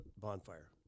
bonfire